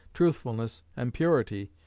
truthfulness, and purity,